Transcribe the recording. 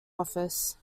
office